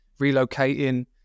relocating